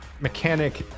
mechanic